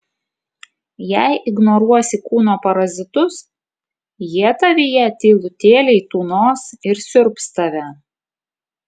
jei ignoruosi kūno parazitus jie tavyje tylutėliai tūnos ir siurbs tave